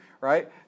right